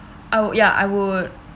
I will ya I will